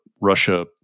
Russia